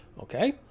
Okay